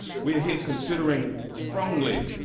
we are here considering strongly